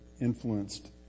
influenced